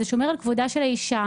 זה שומר על כבודה של האישה,